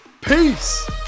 peace